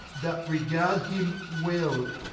but regard him well.